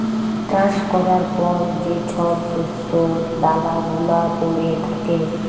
চাষ ক্যরার পর যে ছব শস্য দালা গুলা প্যইড়ে থ্যাকে